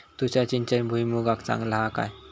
तुषार सिंचन भुईमुगाक चांगला हा काय?